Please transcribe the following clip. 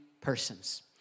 persons